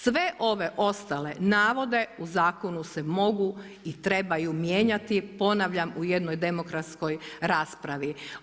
Sve ove ostale navode u zakonu se mogu i trebaju mijenjati ponavljam u jednoj demokratskoj raspravi.